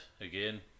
again